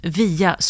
via